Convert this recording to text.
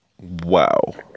Wow